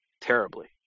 Terribly